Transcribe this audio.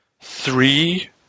Three